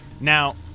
Now